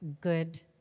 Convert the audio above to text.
good